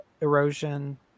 erosion